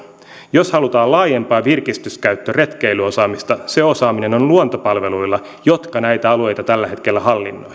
jos halutaan laajempaa virkistyskäyttö retkeilyosaamista se osaaminen on luontopalveluilla joka näitä alueita tällä hetkellä hallinnoi